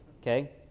Okay